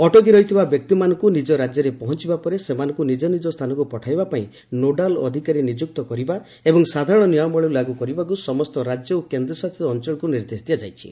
ଅଟକି ରହିଥିବା ବ୍ୟକ୍ତିମାନଙ୍କୁ ନିଜ ରାଜ୍ୟରେ ପହଞ୍ଚବା ପରେ ସେମାନଙ୍କୁ ନିଜ ନିଜ ସ୍ଥାନକୁ ପଠାଇବା ପାଇଁ ନୋଡାଲ ଅଧିକାରୀ ନିଯୁକ୍ତ କରିବା ଏବଂ ସାଧାରଣ ନିୟମାବଳୀ ଲାଗୁ କରିବାକୁ ସମସ୍ତ ରାଜ୍ୟ ଓ କେନ୍ଦ୍ରଶାସିତ ଅଞ୍ଚଳକୁ ନିର୍ଦ୍ଦେଶ ଦିଆଯାଇଛି